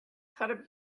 how